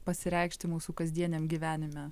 pasireikšti mūsų kasdieniam gyvenime